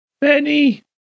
Benny